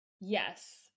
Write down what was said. Yes